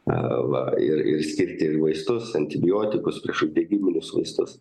a va ir ir skirti ir vaistus antibiotikus priešuždegiminius vaistus